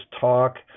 talk